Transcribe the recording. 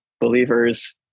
believers